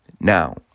Now